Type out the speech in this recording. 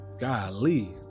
golly